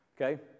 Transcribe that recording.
Okay